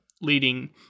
leading